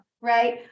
right